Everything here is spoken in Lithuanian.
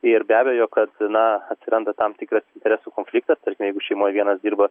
ir be abejo kad na atsiranda tam tikras interesų konfliktas tarkim jeigu šeimoj vienas dirba